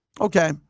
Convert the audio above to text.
okay